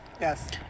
Yes